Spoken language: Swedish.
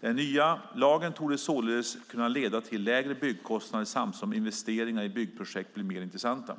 Den nya lagen torde således kunna leda till lägre byggkostnader samtidigt som investeringar i byggprojekt blir mer intressanta.